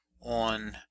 on